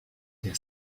der